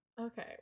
Okay